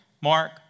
Mark